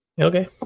Okay